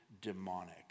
demonic